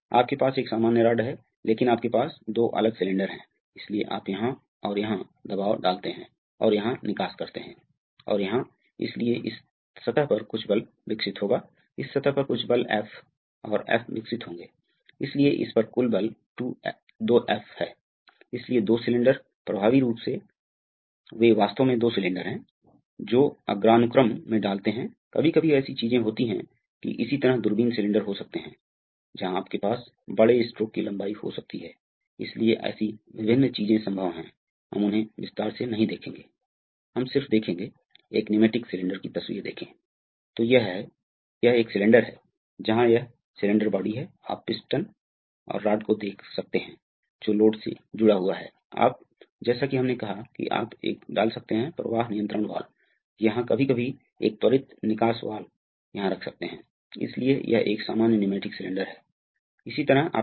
आपके पास एक प्लानिंग मशीन है अतः मशीन में प्लेन करने से पहले प्लानिंग कटर को हिलाना शुरू करने से पहले आपको काम होल्ड करना होगा अतः यह क्रम है कि पहले होल्डिंग सिलेंडर को ऑपरेट करें फिर प्लानर को हिलाना शुरू करें अतः प्लानर तब विस्तार होता है फिर प्लानर पीछे हटता है और फिर क्लैंप सिलेंडर को हटा देता है अतः आप देखते हैं कि हमारे पास है हर बार जब हम काम करते हैं तो हमें इसे पहले क्लैंप में संचालित करना होता है फिर प्लानिंग सिलेंडर का विस्तार फिर प्लानिंग सिलेंडर का फिर से आना